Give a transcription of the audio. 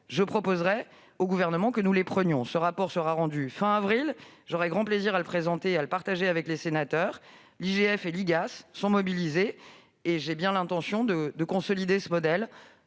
je proposerai au Gouvernement que nous les prenions. Je le répète, ce rapport sera rendu fin avril, et j'aurai grand plaisir à le partager avec les sénateurs. L'IGF et l'IGAS sont mobilisées, et j'ai bien l'intention de consolider le modèle